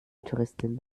touristin